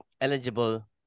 eligible